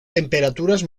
temperaturas